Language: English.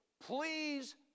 please